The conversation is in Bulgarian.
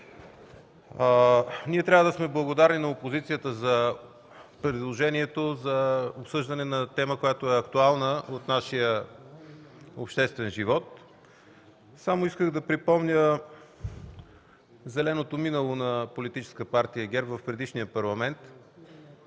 Трябва да сме благодарни на опозицията за предложението за обсъждане на актуална тема от нашия обществен живот. Искам обаче само да припомня зеленото минало на Политическа партия ГЕРБ в предишния Парламент.